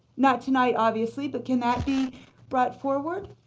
not tonight, obviously, but can that be brought forward?